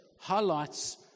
highlights